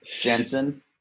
Jensen